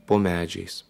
po medžiais